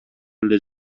эле